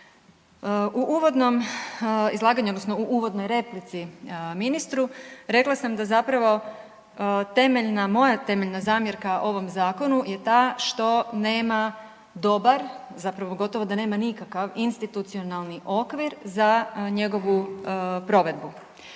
U uvodnom izlaganju odnosno u uvodnoj replici ministru rekla sam da zapravo temeljna, moja temeljna zamjerka ovom zakonu je ta što nema dobar, zapravo gotovo da nema nikakav institucionalni okvir za njegovu provedbu.